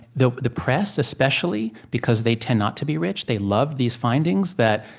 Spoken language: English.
the the press, especially, because they tend not to be rich, they love these findings that,